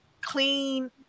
clean